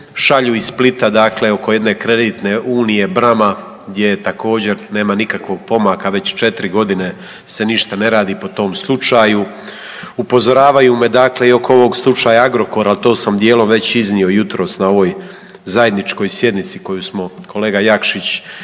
šalju iz Splita dakle oko jedne kreditne unije Brama gdje je također nema nikakvog pomaka već 4 godine se ništa ne radi po tom slučaju. Upozoravaju me dakle i oko ovog slučaja Agrokor, al to sam dijelom već iznio jutros na ovoj zajedničkoj sjednici koju smo kolega Jakšić